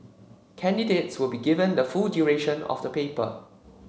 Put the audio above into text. candidates would be given the full duration of the paper